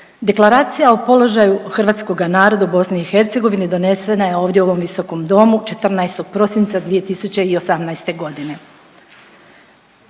Deklaracija o položaju hrvatskoga naroda u BiH donesena je ovdje u ovom visokom domu 14. prosinca 2018.g.